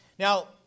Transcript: Now